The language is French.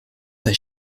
pas